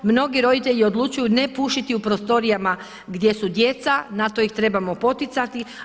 Mnogi roditelji odlučuju ne pušiti u prostorijama gdje su djeca, na to ih trebamo poticati.